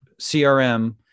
crm